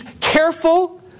careful